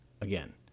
again